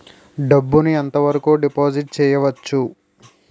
డబ్బు ను ఎంత వరకు డిపాజిట్ చేయవచ్చు?